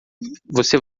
você